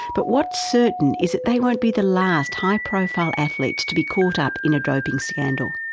but what's certain is that they won't be the last high profile athletes to be caught up in a doping scandal.